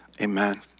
amen